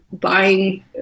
buying